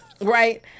right